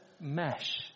mesh